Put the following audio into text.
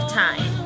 time